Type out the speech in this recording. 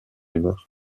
humeur